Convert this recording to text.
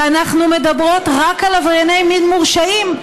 ואנחנו מדברות רק על עברייני מין מורשעים,